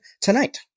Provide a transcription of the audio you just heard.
tonight